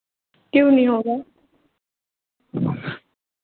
क्यों नहीं होगा